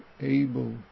able